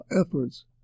efforts